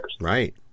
Right